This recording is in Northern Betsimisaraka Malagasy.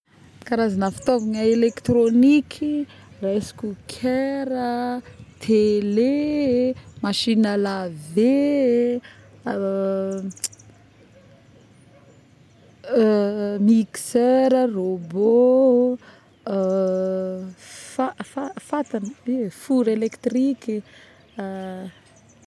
Karazagny fitaovagna électroniky raisoko kera, télé ,machine à laver mixeur, robot, fa fa.fatana four électriky